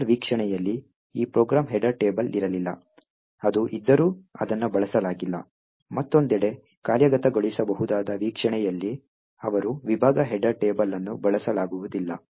linker ವೀಕ್ಷಣೆಯಲ್ಲಿ ಈ program header table ಇರಲಿಲ್ಲ ಅದು ಇದ್ದರೂ ಅದನ್ನು ಬಳಸಲಾಗಿಲ್ಲ ಮತ್ತೊಂದೆಡೆ ಕಾರ್ಯಗತಗೊಳಿಸಬಹುದಾದ ವೀಕ್ಷಣೆಯಲ್ಲಿ ಅವರು ವಿಭಾಗದ ಹೆಡರ್ ಟೇಬಲ್ ಅನ್ನು ಬಳಸಲಾಗುವುದಿಲ್ಲ